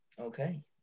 Okay